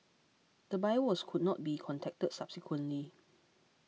the buyer was could not be contacted subsequently